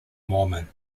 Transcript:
mormon